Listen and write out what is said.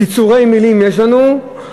קיצורי מילים יש לנו,